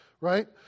right